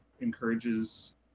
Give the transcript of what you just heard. encourages